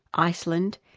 iceland,